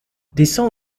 descends